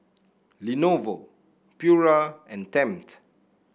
Lenovo Pura and Tempt